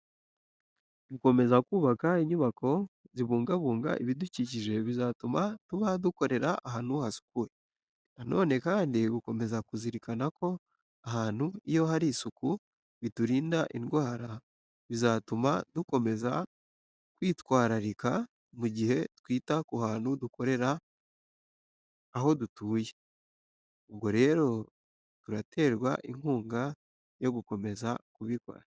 Gukomeza kubaka inyubako zibungabunga ibidukikije bizatuma tuba dukorera ahantu hasukuye. Na none kandi, gukomeza kuzirikana ko ahantu iyo hari isuku biturinda indwara, bizatuma dukomeza kwitwararika mu gihe twita ku hantu dukorera, aho dutuye. Ubwo rero turaterwa inkunga yo gukomeza kubikora.